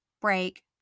break